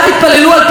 לא היה תל אביב,